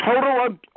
total